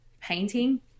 painting